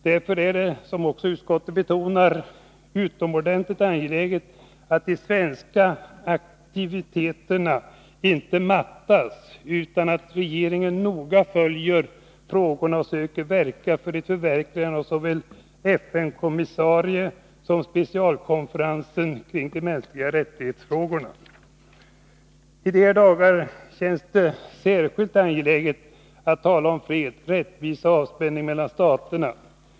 Därför är det, som utskottet också betonar, utomordentligt angeläget att de svenska aktiviteterna inte mattas av utan att regeringen noga följer frågorna och söker verka för ett förverkligande av förslaget om såväl en FN-kommissarie som en specialkonferens kring frågan om mänskliga rättigheter. I dessa dagar känns det särskilt angeläget att tala om fred, rättvisa och avspänning mellan staterna.